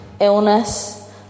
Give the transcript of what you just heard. illness